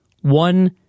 One